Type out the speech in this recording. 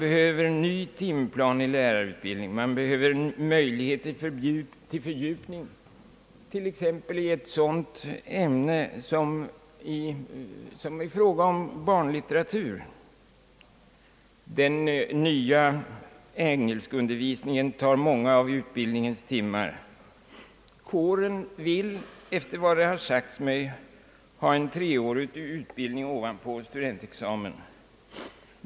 En ny timplan för lärarutbildningen behövs liksom möjligheter till fördjupning t.ex. i ett sådant ämne som barnlitteratur. Den nya engelskundervisningen tar många av utbildningens timmar. Kåren vill, efter vad det har sagts mig, ha en treårig utbildning ovanpå studentexamen.